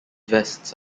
vests